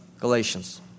Galatians